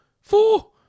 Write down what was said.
four